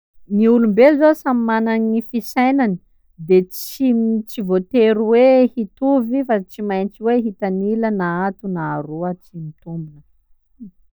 Gny olombelo zô samy mana gny fisainany de tsy tsy voatery hoe fa tsy maintsy hoe hitanila na ato na aroa tsy mitombona.